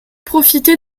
profiter